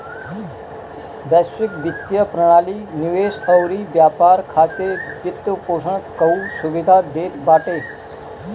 वैश्विक वित्तीय प्रणाली निवेश अउरी व्यापार खातिर वित्तपोषण कअ सुविधा देत बाटे